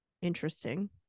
interesting